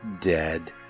dead